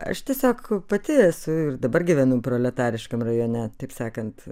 aš tiesiog pati esu ir dabar gyvenu proletariškam rajone taip sakant